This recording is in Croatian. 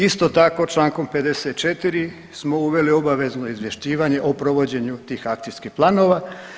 Isto tako člankom 54. smo uveli obavezno izvješćivanje o provođenju tih akcijskih planova.